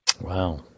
Wow